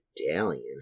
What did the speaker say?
medallion